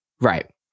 Right